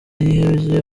yihebye